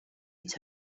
its